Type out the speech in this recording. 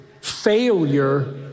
failure